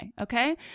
Okay